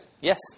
Yes